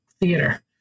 theater